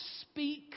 speak